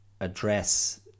address